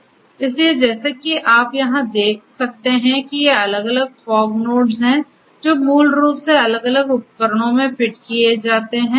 इसलिए जैसा कि आप यहाँ देख सकते हैं कि ये अलग अलग फॉग नोड्स हैं जो मूल रूप से अलग अलग उपकरणों में फिट किए जाते हैं